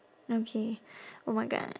okay oh my god